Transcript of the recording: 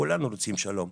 כולנו רוצים שלום,